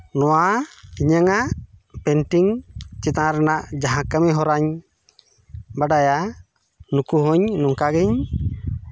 ᱱᱚᱣᱟ ᱤᱧᱟᱹᱝ ᱟᱜ ᱯᱮᱱᱴᱤᱝ ᱪᱮᱛᱟᱱ ᱨᱮᱱᱟᱜ ᱡᱟᱦᱟᱸ ᱠᱟᱹᱢᱤ ᱦᱚᱨᱟᱧ ᱵᱟᱰᱟᱭᱟ ᱩᱱᱠᱩ ᱦᱚᱸ ᱱᱚᱝᱠᱟ ᱜᱤᱧ